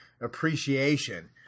appreciation